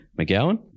McGowan